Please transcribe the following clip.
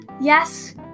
Yes